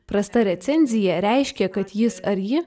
prasta recenzija reiškė kad jis ar ji